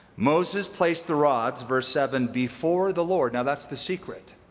moses placed the rods, verse seven, before the lord now that's the secret.